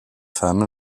femmes